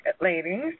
ladies